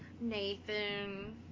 Nathan